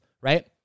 right